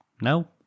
No